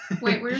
wait